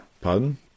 pardon